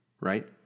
Right